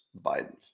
Biden